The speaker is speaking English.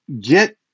get